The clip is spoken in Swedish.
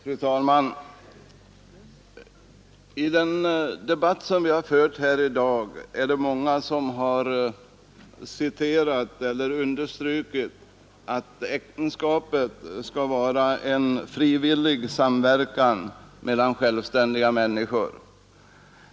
Fru talman! I den debatt vi fört här i dag har många understrukit att äktenskapet skall vara en frivillig samverkan mellan självständiga människor.